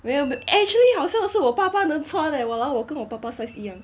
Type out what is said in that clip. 没有 eh actually 好像是我爸爸能穿 eh !walao! 我跟我爸爸 size 一样